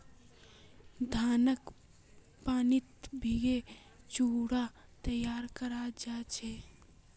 धानक पानीत भिगे चिवड़ा तैयार कराल जा छे